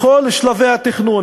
בכל שלבי התכנון,